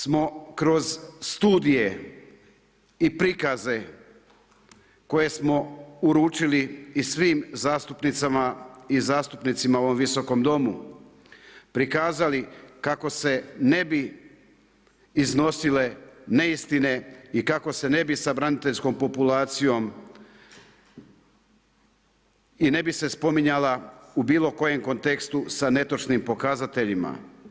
Stoga, smo kroz studije i prikaze, koje smo uručili i svim zastupnicima i zastupnicima u ovom Visokom domu, prikazali kako se ne bi iznosile neistine i kako se ne bi sa braniteljskom populacijom i ne bi se spominjala u bilo kojem kontekstu sa netočnim pokazateljima.